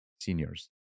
seniors